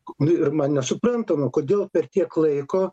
ku nu ir man nesuprantama kodėl per tiek laiko